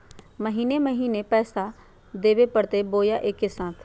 महीने महीने पैसा देवे परते बोया एके साथ?